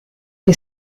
che